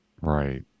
Right